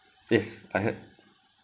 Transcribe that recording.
yes I had